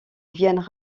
viennent